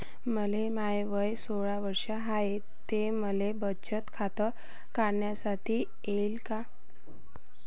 माय वय सोळा वर्ष हाय त मले बचत खात काढता येईन का?